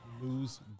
lose